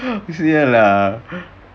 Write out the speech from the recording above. !siala!